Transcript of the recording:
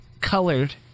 colored